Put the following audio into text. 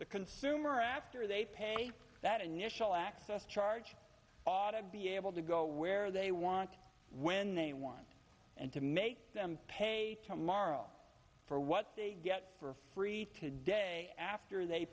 the consumer after they pay that initial access charge ought to be able to go where they want when they want and to make them pay morrow for what they get for free today after they